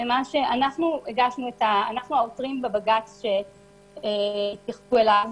אנחנו העותרים בבג"ץ שהתייחסו אליו.